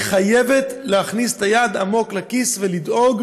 היא חייבת להכניס את היד עמוק לכיס ולדאוג